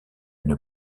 une